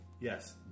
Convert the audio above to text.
Yes